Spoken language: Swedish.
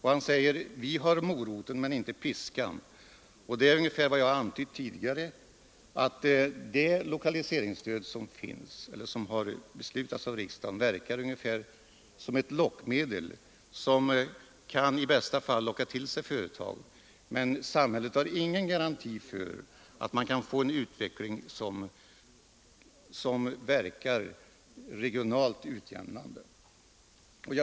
Han säger vidare: ”Vi har moroten men inte piskan.” Det är ungefär vad jag har antytt tidigare. Det lokaliseringsstöd som har beslutats av riksdagen kan i bästa fall locka till sig företag, men samhället har ingen garanti för att man får en utveckling som verkar regionalt utjämnande.